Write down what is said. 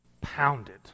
pounded